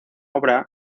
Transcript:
obra